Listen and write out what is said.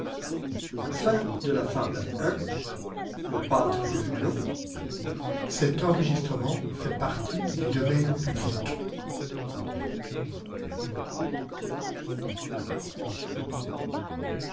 le moucheron et le lion